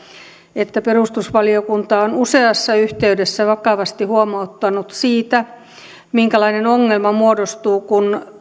että perustuslakivaliokunta on useassa yhteydessä vakavasti huomauttanut siitä minkälainen ongelma muodostuu kun